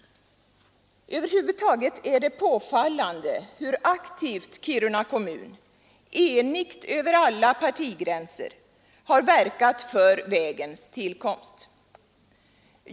Över huvud taget är det påfallande hur aktivt Kiruna kommun — i enighet över alla partigränser — har verkat för vägens tillkomst.